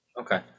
okay